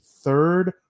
third